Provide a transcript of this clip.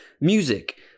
music